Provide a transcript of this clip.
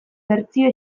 bertsio